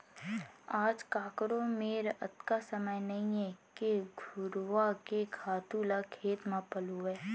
आज काकरो मेर अतका समय नइये के घुरूवा के खातू ल खेत म पलोवय